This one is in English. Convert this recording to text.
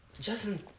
Justin